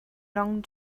long